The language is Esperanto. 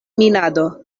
minado